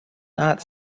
not